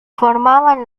formaban